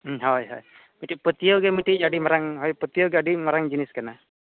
ᱦᱳᱭ ᱦᱳᱭ ᱢᱤᱫᱴᱮᱱ ᱯᱟᱹᱛᱭᱟᱹᱣᱜᱮ ᱢᱤᱫᱴᱟᱱ ᱟᱹᱰᱤ ᱢᱟᱨᱟᱝ ᱦᱳᱭ ᱯᱟᱹᱛᱭᱟᱹᱣᱜᱮ ᱟᱹᱰᱤ ᱢᱟᱨᱟᱝ ᱡᱤᱱᱤᱥ ᱠᱟᱱᱟ